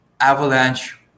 avalanche